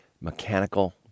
Mechanical